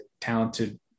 talented